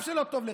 אף שלא טוב לך.